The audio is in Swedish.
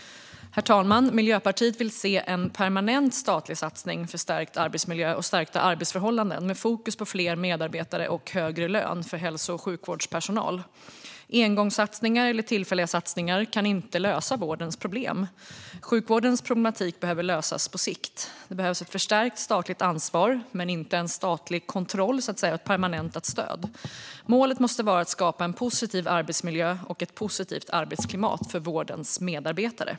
Herr talman! Miljöpartiet vill se en permanent statlig satsning för stärkt arbetsmiljö och stärkta arbetsförhållanden med fokus på fler medarbetare och högre lön för hälso och sjukvårdspersonal. Engångssatsningar eller tillfälliga satsningar kan inte lösa vårdens problem. Sjukvårdens problematik behöver lösas på sikt. Det behövs ett förstärkt statligt ansvar, men inte en statlig kontroll så att säga, och ett permanentat stöd. Målet måste vara att skapa en positiv arbetsmiljö och ett positivt arbetsklimat för vårdens medarbetare.